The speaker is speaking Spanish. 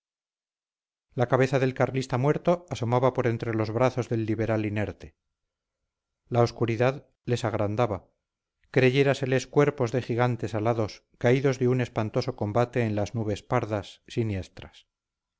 la cabeza del carlista muerto asomaba por entre los brazos del liberal inerte la obscuridad les agrandaba creyéraseles cuerpos de gigantes alados caídos de un espantoso combate en las nubes pardas siniestras